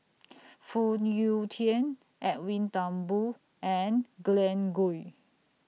Phoon Yew Tien Edwin Thumboo and Glen Goei